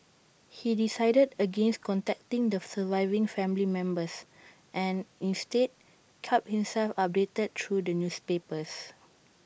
he decided against contacting the surviving family members and instead kept himself updated through the newspapers